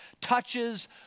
touches